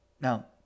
Now